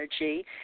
energy